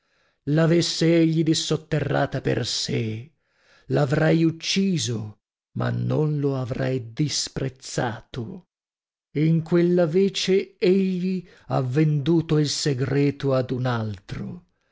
l'avesse egli dissotterrata per sè l'avrei ucciso ma non lo avrei disprezzato in quella vece egli ha venduto il segreto ad un altro